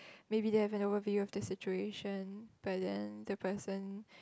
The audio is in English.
maybe they have an overview of the situation but then the person